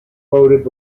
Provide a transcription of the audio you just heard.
loaded